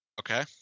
Okay